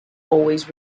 always